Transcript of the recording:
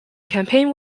campaign